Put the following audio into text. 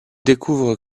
découvrent